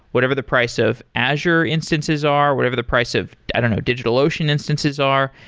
whatever the price of azure instances are, whatever the price of i don't know, digitalocean instances are.